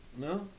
No